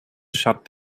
shut